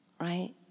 right